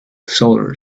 solar